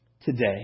today